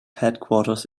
headquarters